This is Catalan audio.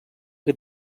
que